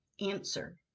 Answer